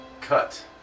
cut